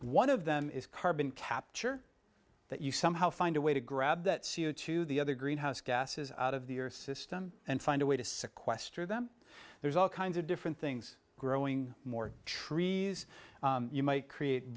one of them is carbon capture that you somehow find a way to grab that c o two the other greenhouse gases out of the earth's system and find a way to sequester them there's all kinds of different things growing more trees you might create